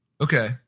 Okay